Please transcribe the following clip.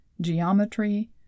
geometry